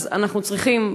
אז אנחנו צריכים,